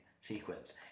sequence